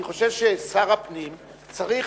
אני חושב ששר הפנים צריך,